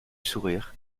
sourire